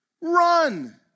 Run